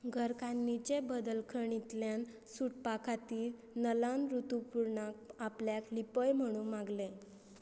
घरकान्नीचे बंदखणींतल्यान सुटपा खातीर नलान ऋतुपूर्णाक आपल्याक लिपय म्हणून मागलें